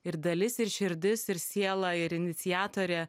ir dalis ir širdis ir siela ir iniciatorė